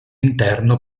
interno